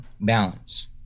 balance